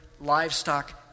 livestock